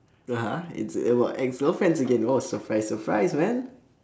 (uh huh) it's about ex girlfriends again oh surprise surprise man